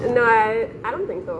no I I don't think so